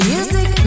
Music